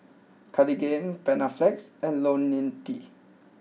Cartigain Panaflex and Ionil T